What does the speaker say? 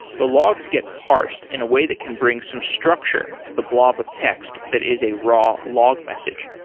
the logs get parsed in a way that can bring some structure to the blob of text that is a raw log message.